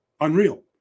unreal